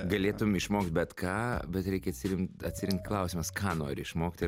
galėtum išmokti bet ką bet reikia atsirinkt atsirinkt klausimas ką nori išmokti